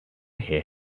hear